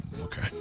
Okay